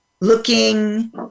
looking